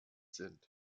sind